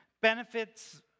benefits